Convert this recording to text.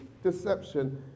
Deception